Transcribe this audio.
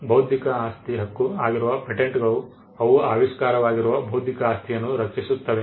ಬೌದ್ಧಿಕ ಆಸ್ತಿ ಹಕ್ಕು ಆಗಿರುವ ಪೇಟೆಂಟ್ಗಳು ಅವು ಆವಿಷ್ಕಾರವಾಗಿರುವ ಬೌದ್ಧಿಕ ಆಸ್ತಿಯನ್ನು ರಕ್ಷಿಸುತ್ತವೆ